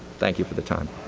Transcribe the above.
thank you for the time.